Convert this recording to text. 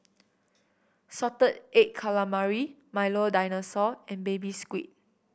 salted egg calamari Milo Dinosaur and Baby Squid